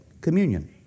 communion